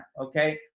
Okay